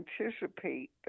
anticipate